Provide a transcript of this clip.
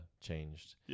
changed